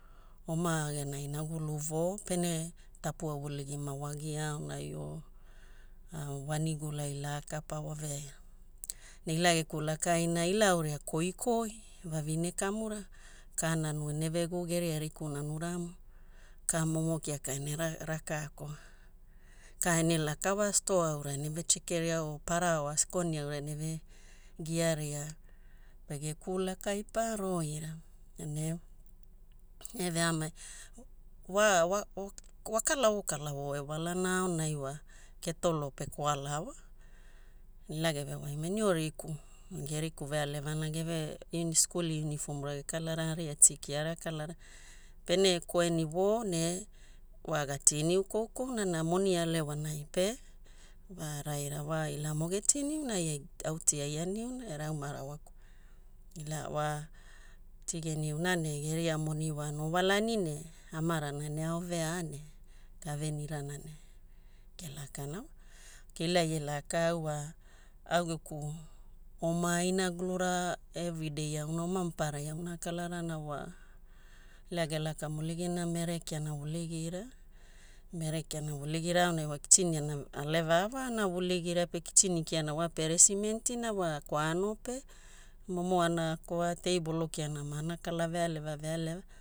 Oma gena inagulu vo'o, pene tapua vulugi mawagia aonai o wanigulai laka pa waveaina. Ne ila gekulakaina, ila auria koikoi, vavine kamura. Ka nanu eneve gu'u geria riku nanuramo, ka momo kiaka ene raka akoa, ka ene laka wa stoa aura eneve chekeria o paraoa scone aura eneve giaria pege kulakai pa roira. Ne ene veamai wa wakalavo kalavo ewalana aonai wa ketolo pe kwala'a wa. Ne ila gevewaimaina io riku, geriku vealevana geve in school uniform ra gekalarana, aria tea kiara akalarana. Pene koini vo'o ne wa ga tea niu koukouna na moni alewanai pe va'araira wa ilamo ge tea niuna au tea ai aniuna era au marawaku. Ila wa tea geniuna ne geria moni wa no walani ne amarana ene ao vea ne gavenirana ne gelakana wa. Ok ila ie laka au wa au geku oma inagulura everyday auna oma mapararai auna akalara wa ila gelaka muligina mereki ana vuligira aunai wa kitini kiana wa pere simenti na wa kwano pe momo ana akoa teibolo kiana mana kala vealeva vealeva